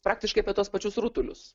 praktiškai apie tuos pačius rutulius